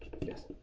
Yes